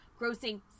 grossing